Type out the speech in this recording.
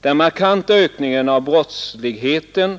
Den markanta ökningen av brottsligheten